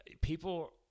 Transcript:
people